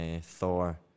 Thor